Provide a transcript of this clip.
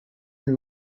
and